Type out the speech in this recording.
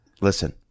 listen